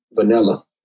vanilla